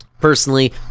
Personally